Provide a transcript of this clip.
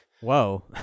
Whoa